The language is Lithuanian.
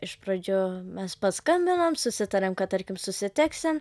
iš pradžių mes paskambinam susitariam kad tarkim susitiksim